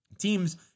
Teams